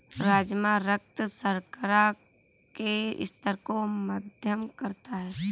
राजमा रक्त शर्करा के स्तर को मध्यम करता है